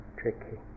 tricky